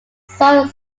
sold